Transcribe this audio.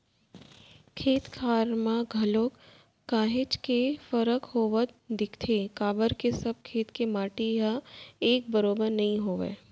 खेत खार म घलोक काहेच के फरक होवत दिखथे काबर के सब खेत के माटी ह एक बरोबर नइ होवय